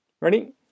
Ready